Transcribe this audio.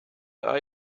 are